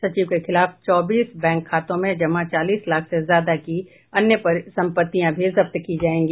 सचिव के खिलाफ चौबीस बैंक खातों में जमा चालीस लाख से ज्यादा की अन्य संपत्तियां भी जब्त की जायेगी